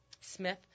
Smith